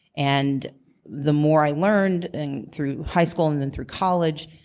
and the more i learned, and through high school and then through college,